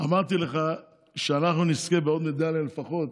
אמרתי לך שאנחנו נזכה בעוד מדליה לפחות.